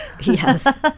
Yes